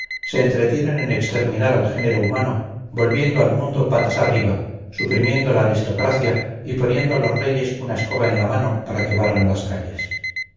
se entretienen en exterminar al género humano volviendo al mundo patas arriba suprimiendo la aristocracia y poniendo a los reyes una escoba en la mano para que barran las calles